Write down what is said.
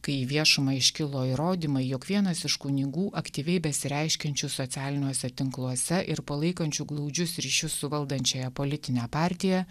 kai į viešumą iškilo įrodymai jog vienas iš kunigų aktyviai besireiškiančių socialiniuose tinkluose ir palaikančių glaudžius ryšius su valdančiąja politine partija